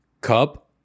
cup